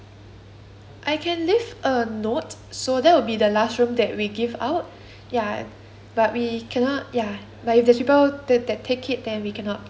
I can leave a note so that will be the last room that we give out ya but we cannot ya but if there's people that take it then we cannot keep it for you